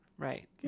Right